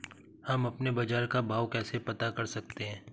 हम अपने बाजार का भाव कैसे पता कर सकते है?